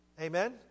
Amen